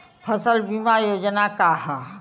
फसल बीमा योजना का ह?